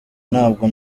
ntabwo